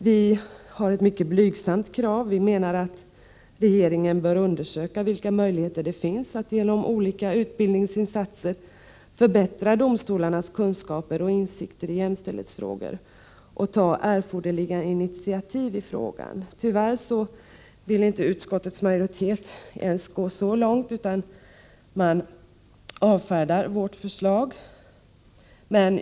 Vi har ett mycket blygsamt krav, nämligen att regeringen bör undersöka vilka möjligheter det finns att genom olika utbildningsinsatser förbättra domstolarnas kunskaper och insikter i jämställdhetsfrågor samt ta erforderliga initiativ. Tyvärr vill inte utskottets majoritet ens gå så långt, utan man avfärdar vårt förslag.